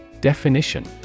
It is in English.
Definition